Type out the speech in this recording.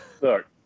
Look